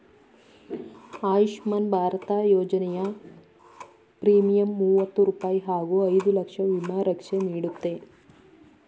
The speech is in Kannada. ಆಯುಷ್ಮಾನ್ ಭಾರತ ಯೋಜನೆಯ ಪ್ರೀಮಿಯಂ ಮೂವತ್ತು ರೂಪಾಯಿ ಹಾಗೂ ಐದು ಲಕ್ಷ ವಿಮಾ ರಕ್ಷೆ ನೀಡುತ್ತೆ